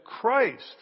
Christ